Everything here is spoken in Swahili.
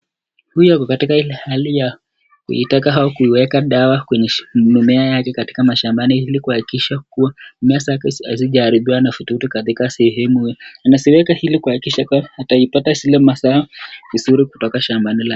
Huyu ako katika ile hali ya kuitaka au kuiweka dawa kwenye mimea yake katika mashambani ili kuhakikisha kuwa mimea zake hazijaharibiwa na vidudu katika sehemu hii. Anaziweka ili kuhakikisha kuwa ataipata ile mazao mzuri kutoka shambani lake.